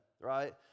right